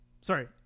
Sorry